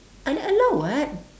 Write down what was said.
I like allow [what]